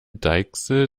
deichsel